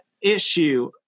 issue